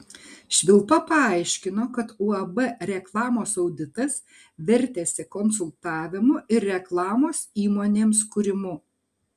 švilpa paaiškino kad uab reklamos auditas vertėsi konsultavimu ir reklamos įmonėms kūrimu